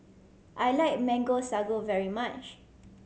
I like Mango Sago very much